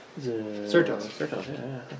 Surtos